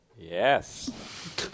Yes